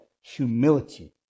humility